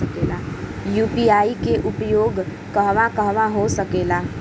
UPI के उपयोग कहवा कहवा हो सकेला?